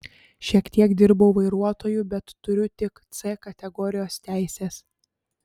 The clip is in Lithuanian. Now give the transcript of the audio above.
šiek tiek dirbau vairuotoju bet turiu tik c kategorijos teises